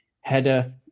header